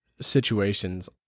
situations